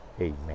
Amen